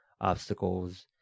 obstacles